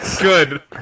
Good